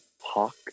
Hawk